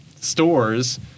stores